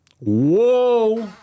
Whoa